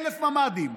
1,000 ממ"דים.